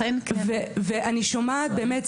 ואני שומעת באמת,